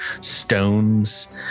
stones